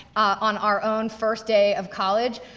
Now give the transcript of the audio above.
on our own first day of college,